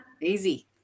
Easy